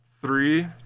Three